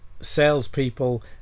salespeople